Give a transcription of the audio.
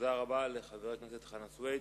תודה רבה לחבר הכנסת חנא סוייד.